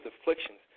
afflictions